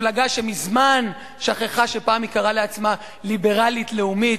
ומפלגה שמזמן שכחה שפעם היא קראה לעצמה ליברלית לאומית,